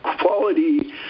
quality